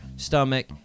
stomach